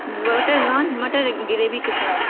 butter naan mutton gravy کے ساتھ